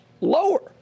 lower